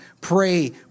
pray